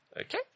Okay